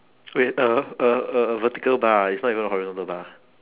wait a a a a vertical bar ah it's not even a horizontal bar